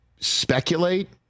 speculate